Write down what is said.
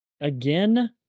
Again